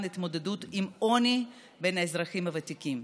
התמודדות עם עוני בין האזרחים הוותיקים.